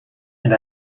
and